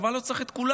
הצבא לא צריך את כולם,